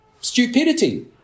stupidity